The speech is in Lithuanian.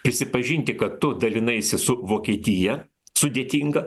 prisipažinti kad tu dalinaisi su vokietija sudėtinga